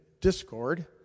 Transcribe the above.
discord